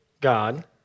God